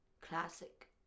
Classic